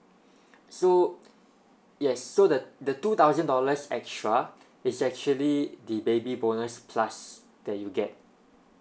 so yes so the the two thousand dollars extra it's actually the baby bonus plus that you get